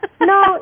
No